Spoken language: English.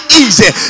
easy